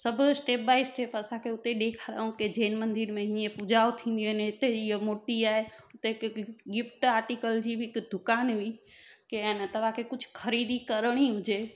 सभु step by step असांखे हुते ॾेखारियो कि जैन मंदर में हीअं पूजाऊं थींदी आहे हिते ईअं मुर्ति आहे हुते की की गिफ्ट आर्टिकल जी बि हिकु दुकानु हुई के आए न तव्हांखे कुझु ख़रीदी करणी हुजे